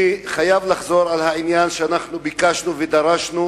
אני חייב לחזור על זה שביקשנו ודרשנו